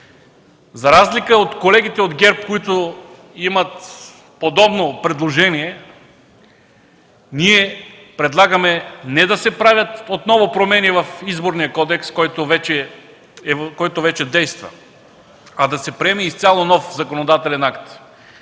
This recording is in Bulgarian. За разлика от колегите от ГЕРБ, които имат подобно предложение, ние предлагаме не да се правят отново промени в Изборния кодекс, който вече действа, а да се приеме изцяло нов законодателен акт.